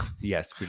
Yes